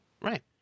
Right